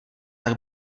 tak